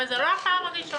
אבל זו לא הפעם הראשונה,